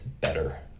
better